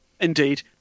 Indeed